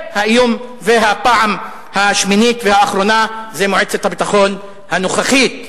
והפעם השמינית והאחרונה זה מועצת הביטחון הנוכחית,